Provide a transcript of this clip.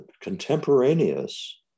contemporaneous